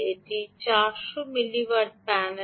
এটি 400 milliwatt panel